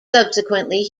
subsequently